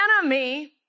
enemy